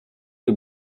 les